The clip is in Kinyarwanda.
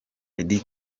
eddy